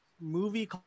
movie